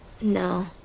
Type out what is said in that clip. No